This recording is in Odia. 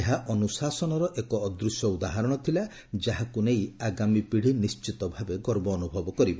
ଏହା ଅନୁଶାସନର ଏକ ଅଦୂଶ୍ୟ ଉଦାହରଣ ଥିଲା ଯାହାକୁ ନେଇ ଆଗାମୀ ପିଢ଼ି ନିର୍ଣିତ ଭାବେ ଗର୍ବ ଅନୁଭବ କରିବ